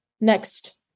Next